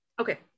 Okay